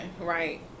right